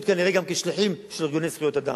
כנראה גם כן שליחים של ארגוני זכויות אדם.